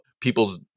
people's